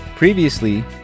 Previously